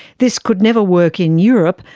this could never work in europe,